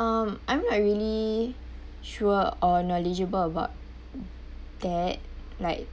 um I'm not really sure or knowledgeable about that like